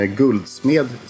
guldsmed